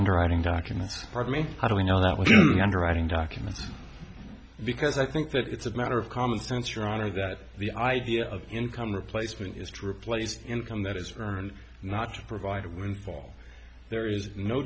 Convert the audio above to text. underwriting documents for me how do we know that what underwriting documents because i think that it's a matter of common sense or honor that the idea of income replacement is to replace income that is for and not to provide a windfall there is no